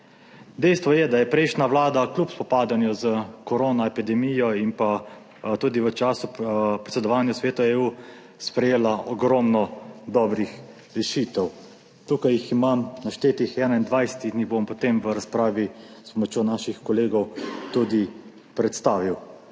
Dejstvo je, da je prejšnja vlada kljub spopadanju s korona epidemijo in pa tudi v času predsedovanja Svetu EU sprejela ogromno dobrih rešitev. Tukaj jih imam naštetih 21 in jih bom potem v razpravi s pomočjo naših kolegov tudi predstavil.